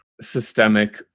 systemic